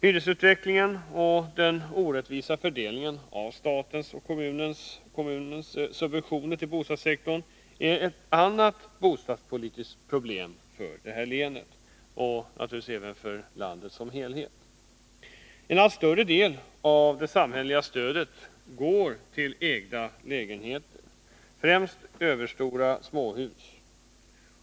Hyresutvecklingen och den orättvisa fördelningen av statens och kommunens subventioner till bostadssektorn är ett annat bostadspolitiskt problem för det här länet, och naturligtvis även för landet som helhet. Enallt större del av det samhälleliga stödet går till ägda lägenheter, främst i överstora småhus.